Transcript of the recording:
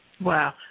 Wow